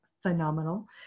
Phenomenal